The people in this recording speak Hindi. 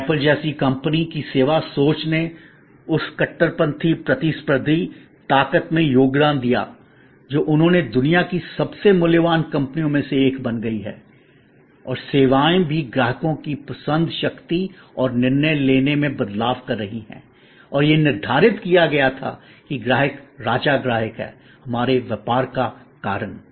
और ऐप्पल जैसी कंपनी की सेवा सोच ने उस कट्टरपंथी प्रतिस्पर्धी ताकत में योगदान दिया जो उन्होंने दुनिया की सबसे मूल्यवान कंपनियों में से एक बन गई है और सेवाएं भी ग्राहकों की पसंद शक्ति और निर्णय लेने में बदलाव कर रही हैं और यह निर्धारित किया गया था कि ग्राहक राजा ग्राहक है हमारे व्यापार का कारण